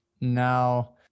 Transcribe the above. now